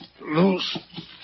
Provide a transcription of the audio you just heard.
loose